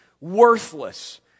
worthless